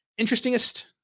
interestingest